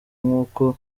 nk’uko